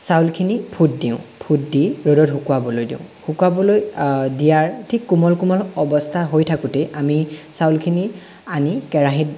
চাউলখিনি ফুট দিওঁ ফুট দি ৰ'দত শুকাবলৈ দিওঁ শুকাবলৈ দিয়াৰ ঠিক কোমল কোমল অৱস্থা হৈ থাকোঁতে আমি চাউলখিনি আনি কেৰাহিত